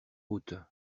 route